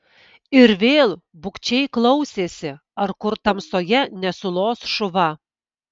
ir vėl bugščiai klausėsi ar kur tamsoje nesulos šuva